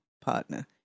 Partner